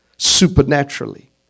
Supernaturally